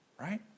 right